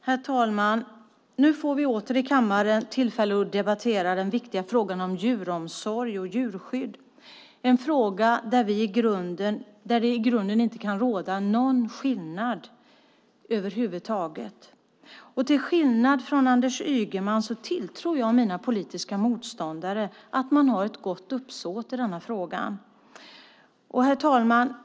Herr talman! Nu får vi åter i kammaren tillfälle att debattera den viktiga frågan om djuromsorg och djurskydd. Det är en fråga där det i grunden inte kan råda någon skillnad över huvud taget. Till skillnad från Anders Ygeman tror jag mina politiska motståndare om att ha ett gott uppsåt i denna fråga.